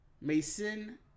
Mason